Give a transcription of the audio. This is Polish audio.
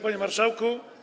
Panie Marszałku!